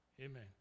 Amen